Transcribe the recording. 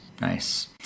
nice